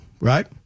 right